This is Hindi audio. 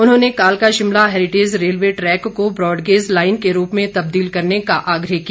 उन्होंने कालका शिमला हैरिटेज रेलवे टैक को ब्राडग्रेज लाइन के रूप में तब्दील करने का आग्रह किया